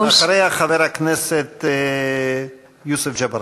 אחריה, חבר הכנסת יוסף ג'בארין.